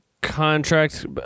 contract